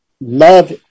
love